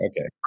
Okay